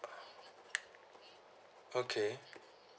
okay